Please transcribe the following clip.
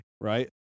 right